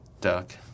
Duck